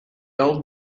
old